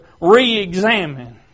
re-examine